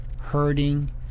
hurting